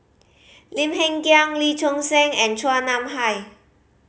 Lim Hng Kiang Lee Choon Seng and Chua Nam Hai